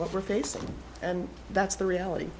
what we're facing and that's the reality